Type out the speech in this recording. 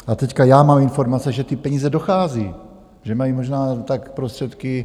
A teď já mám informace, že ty peníze dochází, že mají možná tak prostředky...